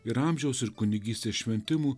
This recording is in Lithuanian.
ir amžiaus ir kunigystės šventimų